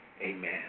amen